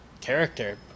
character